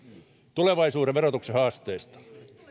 tulevaisuuden verotuksen haasteista